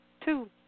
two